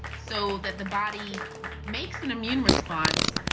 so that the body makes an immune response,